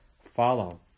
follow